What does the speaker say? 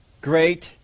Great